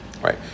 right